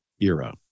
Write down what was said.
era